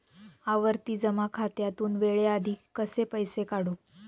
आवर्ती जमा खात्यातून वेळेआधी कसे पैसे काढू?